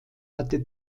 hatte